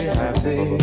happy